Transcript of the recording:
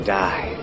die